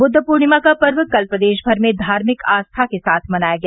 बुद्ध पूर्णिमा का पर्व कल प्रदेश भर में धार्मिक आस्था के साथ मनाया गया